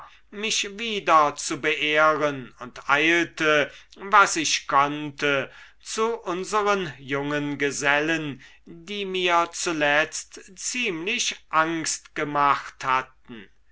mich wieder zu beehren und eilte was ich konnte zu unseren jungen gesellen die mir zuletzt ziemlich angst gemacht hatten